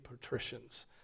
patricians